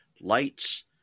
lights